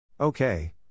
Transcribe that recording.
Okay